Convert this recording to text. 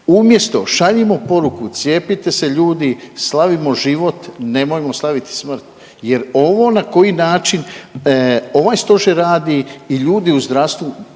Umjesto šaljimo poruku cijepite se ljudi, slavimo život, nemojmo slaviti smrt jer ono na koji način ovaj stožer radi i ljudi u zdravstvu